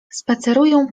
spaceruję